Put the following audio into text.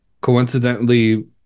Coincidentally